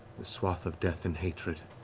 the swath of death and hatred.